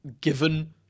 given